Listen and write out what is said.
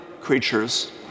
creatures